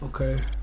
Okay